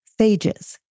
phages